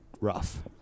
rough